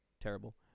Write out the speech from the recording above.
Terrible